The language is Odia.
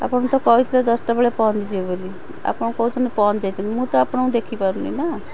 ଆପଣ ତ କହିଥିଲେ ଦଶଟା ବେଳେ ପହଞ୍ଚି ଯିବେ ବୋଲି ଆପଣ କହୁଛନ୍ତି ପହଞ୍ଚି ଯାଇଛନ୍ତି ମୁଁ ତ ଆପଣଙ୍କୁ ଦେଖିପାରୁନି ନା